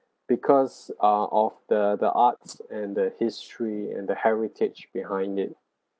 because uh of the the arts and the history and the heritage behind it